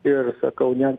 ir sakau ne